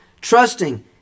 trusting